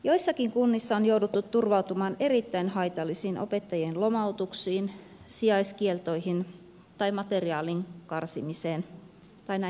joissakin kunnissa on jouduttu turvautumaan erittäin haitallisiin opettajien lomautuksiin sijaiskieltoihin tai materiaalin karsimiseen tai näihin kaikkiin